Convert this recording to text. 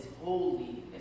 holy